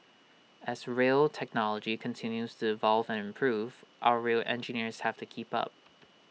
as rail technology continues to evolve and improve our rail engineers have to keep up